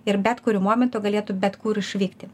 ir bet kuriuo momentu galėtų bet kur išvykt